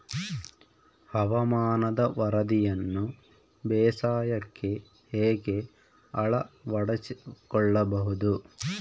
ಹವಾಮಾನದ ವರದಿಯನ್ನು ಬೇಸಾಯಕ್ಕೆ ಹೇಗೆ ಅಳವಡಿಸಿಕೊಳ್ಳಬಹುದು?